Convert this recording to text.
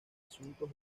asuntos